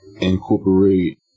incorporate